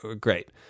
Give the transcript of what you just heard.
great